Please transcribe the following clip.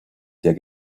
der